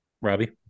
Robbie